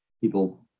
people